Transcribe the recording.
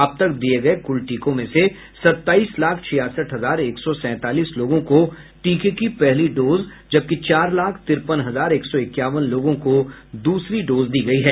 अब तक दिये गये कुल टीकों में से सत्ताईस लाख छियासठ हजार एक सौ सैंतालीस लोगों को टीके की पहली डोज जबकि चार लाख तिरपन हजार एक सौ इक्यावन लोगों को दूसरी डोज दी गयी है